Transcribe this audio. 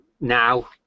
now